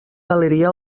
galeria